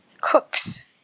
cooks